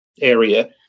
area